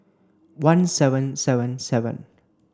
one seven seven seven